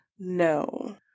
No